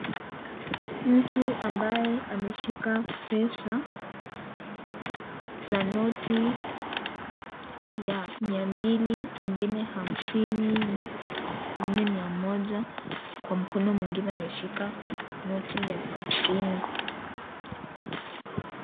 Mtu ambaye ameshika pesa za noti ya mia mbili, ingine hamsini, ingine mia moja, kwa mkono mwingine ameshika noti ya hamsini.